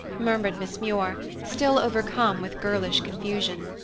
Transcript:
murmured miss muir, still overcome with girlish confusion.